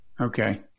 Okay